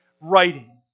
writing